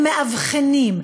הם מאבחנים,